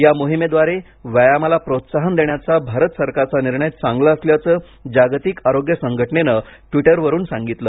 या मोहिमेद्वारे व्यायामाला प्रोत्साहन देण्याचा भारत सरकारचा निर्णय चांगला असल्याचं जागतिक आरोग्य संघटनेनं ट्वीटरवरून सांगितलं